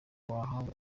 wahabwaga